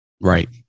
Right